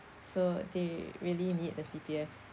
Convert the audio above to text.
so they really need the C_P_F